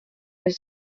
els